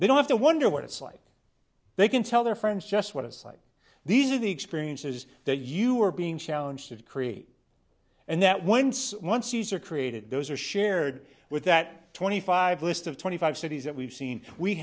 they don't have to wonder what it's like they can tell their friends just what it's like these are the experiences that you are being challenged to create and that once once user created those are shared with that twenty five list of twenty five cities that we've seen we